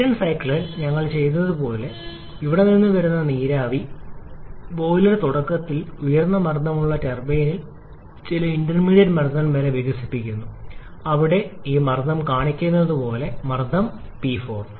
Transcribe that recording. Brayton സൈക്കിളിൽ ഞങ്ങൾ ചെയ്തതു പോലെ ഇവിടെ നിന്ന് വരുന്ന നീരാവി ബോയിലർ തുടക്കത്തിൽ ഉയർന്ന മർദ്ദമുള്ള ടർബൈനിൽ ചില ഇന്റർമീഡിയറ്റ് മർദ്ദം വരെ വികസിപ്പിക്കുന്നു ഇവിടെ ഈ മർദ്ദം കാണിക്കുന്നത് പോലെ മർദ്ദം P4